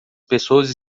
pessoas